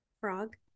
Frog